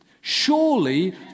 Surely